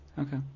Okay